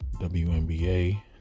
WNBA